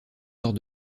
lors